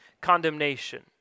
condemnation